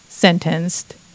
sentenced